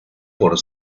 por